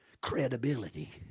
credibility